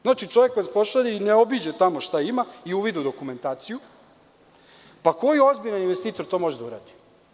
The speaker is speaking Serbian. Znači, čovek vam pošalje, i ne obiđe tamo šta ima, i uvid u dokumentaciju – pa, koji ozbiljan investitor to može da uradi?